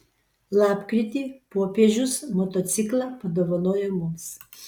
lapkritį popiežius motociklą padovanojo mums